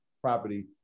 property